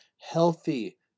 healthy